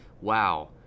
Wow